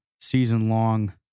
season-long